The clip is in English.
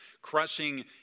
crushing